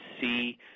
see